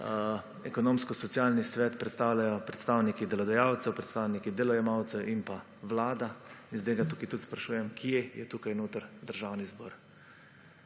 Ekonomsko socialni svet predstavljajo predstavniki delodajalcev, predstavniki delojemalcev in Vlada. In zdaj ga tukaj tudi sprašujem, kje je tukaj notri Državni zbor?